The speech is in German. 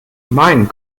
mein